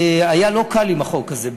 היה לא קל עם החוק הזה.